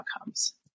outcomes